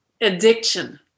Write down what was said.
addiction